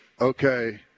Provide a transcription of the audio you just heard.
okay